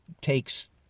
takes